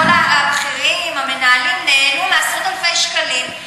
כל הבכירים והמנהלים נהנו מעשרות-אלפי שקלים,